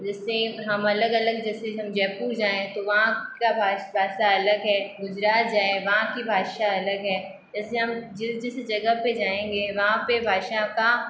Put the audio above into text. जिससे हम अलग अलग जैसे हम जयपुर जाए तो वहाँ का भ भाषा अलग है गुजरात जाए वहाँ की भाषा अलग है ऐसे हम जिस जिस जगह पर जायेंगे वहाँ पर भाषा का